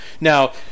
Now